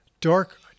Dark